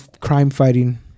crime-fighting